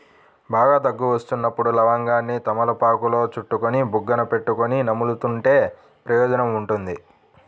బాగా దగ్గు వస్తున్నప్పుడు లవంగాన్ని తమలపాకులో చుట్టుకొని బుగ్గన పెట్టుకొని నములుతుంటే ప్రయోజనం ఉంటుంది